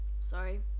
Sorry